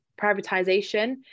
privatization